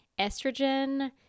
estrogen